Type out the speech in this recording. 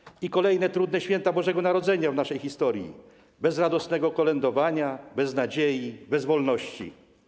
Oznaczało to kolejne trudne święta Bożego Narodzenia w naszej historii, bez radosnego kolędowania, bez nadziei, bez wolności.